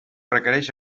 requereix